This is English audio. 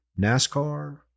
NASCAR